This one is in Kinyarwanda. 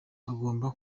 hagomba